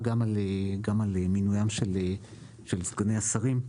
גם בעניינם של סגני השרים,